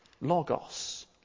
logos